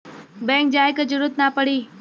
bank जाये क जरूरत ना पड़ी